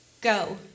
Go